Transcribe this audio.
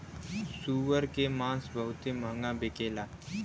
सूअर के मांस बहुत महंगा बिकेला